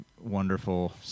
wonderful